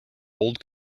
old